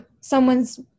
someone's